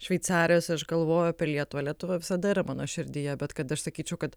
šveicarijos aš galvoju apie lietuvą lietuva visada yra mano širdyje bet kad aš sakyčiau kad